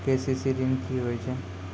KCC ॠन की होय छै?